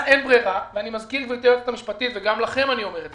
אני מזכיר ליועצת המשפטית וגם לכם אני אומר,